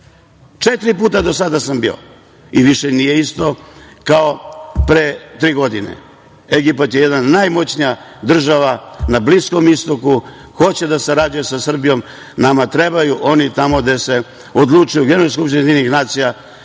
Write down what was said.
četiri puta do sada sam bio i više nije isto kao pre tri godine. Egipat je jedna najmoćnija država na Bliskom istoku, hoće da sarađuje sa Srbijom. Nama trebaju oni tamo gde se odlučuje u Generalnoj